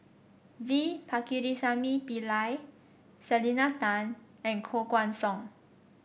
V Pakirisamy Pillai Selena Tan and Koh Guan Song